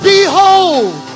Behold